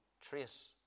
trace